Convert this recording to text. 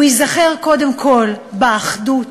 הוא ייזכר קודם כול באחדות,